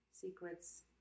secrets